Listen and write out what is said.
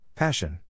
passion